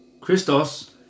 Christos